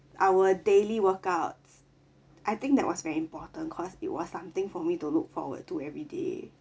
our daily workouts I think that was very important cause it was something for me to look forward to every day